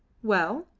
well,